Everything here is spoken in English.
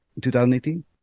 2018